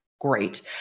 great